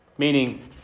Meaning